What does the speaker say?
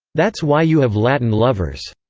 that's why you have latin lovers,